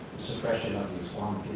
suppression of the